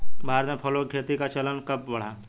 भारत में फलों की खेती का चलन कब बढ़ा?